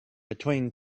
between